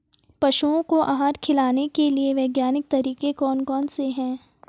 पशुओं को आहार खिलाने के लिए वैज्ञानिक तरीके कौन कौन से हैं?